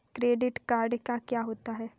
Credit card क्या होता है?